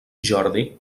jordi